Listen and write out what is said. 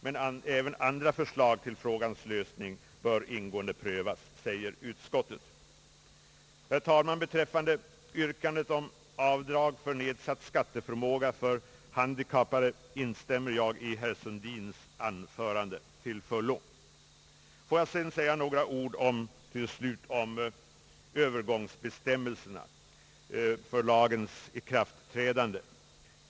Men även andra förslag till frågans lösning bör ingående prövas, säger utskottet. Herr talman! Beträffande frågan om avdrag för nedsatt skatteförmåga för handikappade instämmer jag helt i herr Sundins anförande. Till slut ber jag att få säga några ord om Övergångsbestämmelserna när det gäller lagens ikraftträdande.